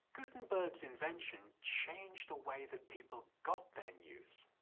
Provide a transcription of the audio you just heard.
gutenberg's invention changed the way that people got their news.